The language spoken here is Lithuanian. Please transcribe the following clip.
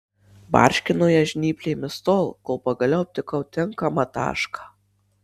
barškinau ją žnyplėmis tol kol pagaliau aptikau tinkamą tašką